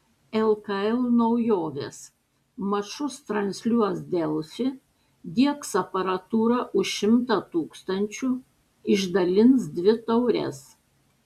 lkl naujovės mačus transliuos delfi diegs aparatūrą už šimtą tūkstančių išdalins dvi taures